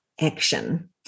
action